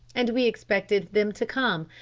and we expected them to come.